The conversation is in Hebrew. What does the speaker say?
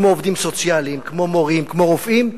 כמו עובדים סוציאליים, כמו מורים, כמו רופאים,